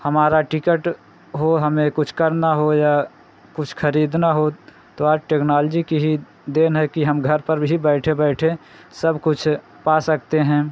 हमारी टिकट हो हमें कुछ करना हो या कुछ ख़रीदना हो तो आज टेक्नॉलजी की ही देन है कि हम घर पर भी बैठे बैठे सब कुछ पा सकते हैं